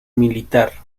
militar